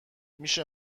میشه